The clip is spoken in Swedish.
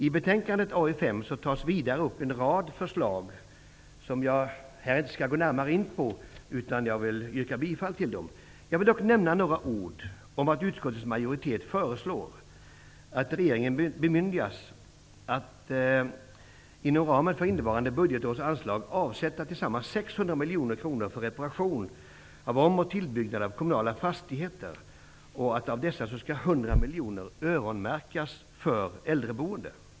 I betänkande AU5 tas det vidare upp en rad förslag som jag inte skall gå in på, utan jag bara yrkar bifall till dem. Jag vill dock nämna några ord om att utskottets majoritet föreslår att regeringen bemyndigas att inom ramen för innevarande budgetårs anslag avsätta sammanlagt 600 miljoner kronor för reparation och om och tillbyggnad av kommunala fastigheter. Av denna summa skall 100 miljoner öronmärkas för äldreboende.